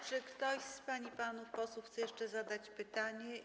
Czy ktoś z pań i panów posłów chce jeszcze zadać pytanie?